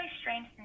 strange